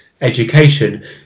education